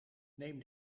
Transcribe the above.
neem